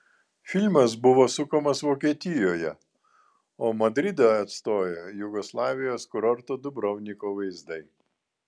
filmas buvo sukamas vokietijoje o madridą atstojo jugoslavijos kurorto dubrovniko vaizdai